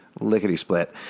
Lickety-split